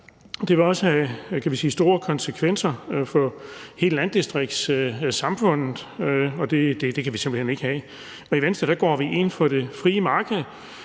Det vil også have store konsekvenser for landdistriktssamfundene. Det kan vi simpelt hen ikke have. I Venstre går vi ind for det frie marked